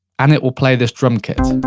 and it will play this drum kit.